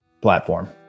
platform